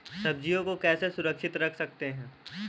सब्जियों को कैसे सुरक्षित रख सकते हैं?